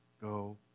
go